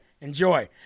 Enjoy